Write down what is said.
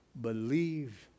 believe